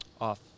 off